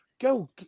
Go